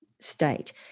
state